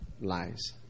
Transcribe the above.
lies